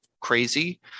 crazy